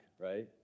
right